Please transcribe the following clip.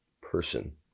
person